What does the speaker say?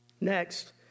Next